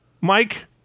Mike